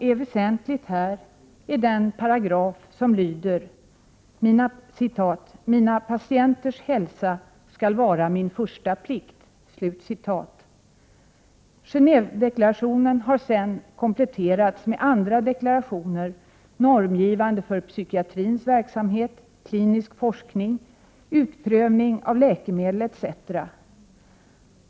Det väsentliga i denna är den paragraf som lyder: ”Mina patienters hälsa skall vara min första plikt.” Gen&vedeklarationen har sedan kompletterats med andra deklarationer som är normgivande för psykiatrins verksamhet, klinisk forskning, utprövning av läkemedel etc.